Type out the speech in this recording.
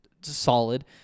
solid